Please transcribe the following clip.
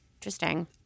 Interesting